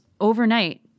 overnight